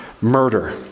murder